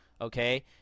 okay